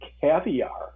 caviar